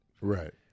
Right